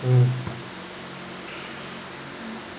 mm